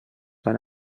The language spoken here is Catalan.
fan